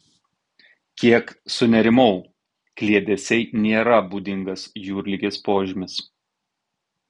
kiek sunerimau kliedesiai nėra būdingas jūrligės požymis